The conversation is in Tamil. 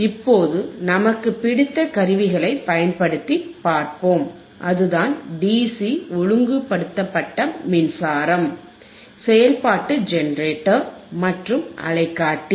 இப்போது நமக்கு பிடித்த கருவிகளைப் பயன்படுத்தி பார்ப்போம் அதுதான் DC ஒழுங்குபடுத்தப்பட்ட மின்சாரம் செயல்பாட்டு ஜெனரேட்டர் மற்றும் அலைக்காட்டி